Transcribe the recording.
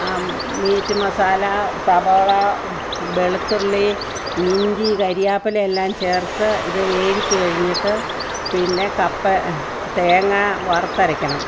ആ മീറ്റ് മസാല സവാള വെളുത്തുള്ളി ഇഞ്ചി കറിവേപ്പില എല്ലാം ചേർത്ത് ഇത് വേവിച്ച് കഴിഞ്ഞിട്ട് പിന്നെ കപ്പ തേങ്ങ വറുത്തരക്കണം